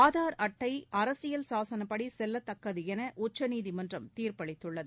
ஆதார் அட்டை அரசியல் சாசனப்படி செல்லத்தக்கது என உச்சநீதிமன்றம் தீர்ப்பளித்துள்ளது